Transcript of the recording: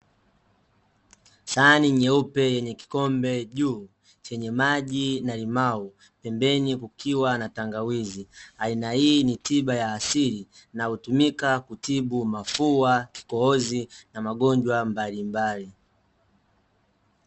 Sahani nyeupe yenye kikombe juu, chenye maji na limao pembeni kukiwa na tangawizi, aina hii ni tiba ya asili na hutumika kutibu mafua, kikohozi na magonjwa mbalimbali.